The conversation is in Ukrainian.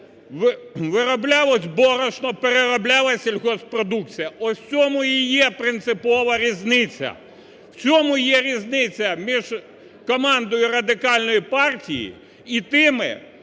вироблялось борошно, перероблялась сільгосппродукція. Ось в цьому і є принципова різниця, в цьому є різниця між командою Радикальної партії і тими,